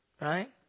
right